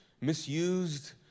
misused